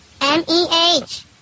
M-E-H